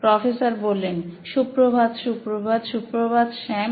professor Suprabhat Suprabhat Suprabhat Sam